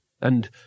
And